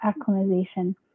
acclimatization